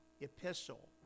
epistle